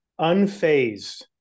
Unfazed